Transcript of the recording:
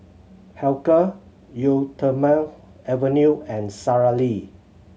Hilker Eau Thermale Avene and Sara Lee